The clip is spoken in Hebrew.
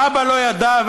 והאבא לא ידע,